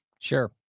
Sure